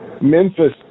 Memphis